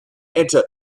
into